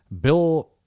Bill